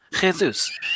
Jesus